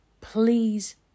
Please